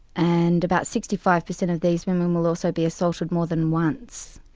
and about sixty five percent of these women will also be assaulted more than once.